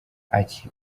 ati